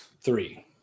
three